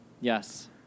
Yes